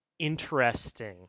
interesting